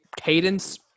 cadence